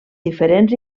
diferents